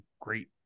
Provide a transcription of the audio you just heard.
great